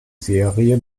serie